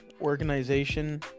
organization